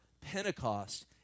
Pentecost